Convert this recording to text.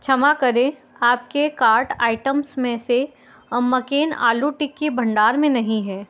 क्षमा करें आपके कार्ट आइटम्स में से मक्कैन आलू टिक्की भंडार में नहीं है